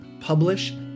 publish